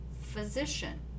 physician